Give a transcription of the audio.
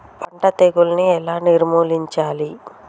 పంట తెగులుని ఎలా నిర్మూలించాలి?